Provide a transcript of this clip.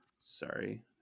sorry